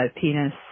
penis